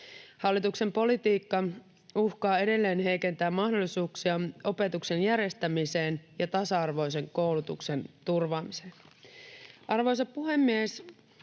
Hallituksen politiikka uhkaa edelleen heikentää mahdollisuuksia opetuksen järjestämiseen ja tasa-arvoisen koulutuksen turvaamiseen. Arvoisa puhemies!